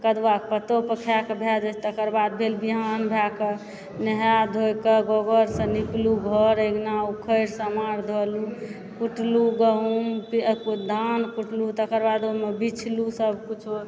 कदुआके पत्तो पर खाएके भए जाइ छै तकर बाद भेल विहान भए कऽ नहाए धोए कऽ गोबर से नीपलहुँ घर अङ्गना ऊखरि समाट धोलहुँ कूटलहुँ गहुँम धान कूटलहुँ तकर बाद ओहिमे बीछलहुँ सब किछु